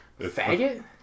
Faggot